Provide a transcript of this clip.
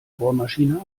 bohrmaschine